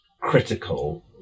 critical